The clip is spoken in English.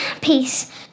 peace